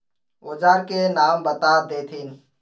औजार के नाम बता देथिन?